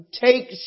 take